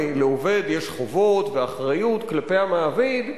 לעובד יש חובות ואחריות כלפי המעביד,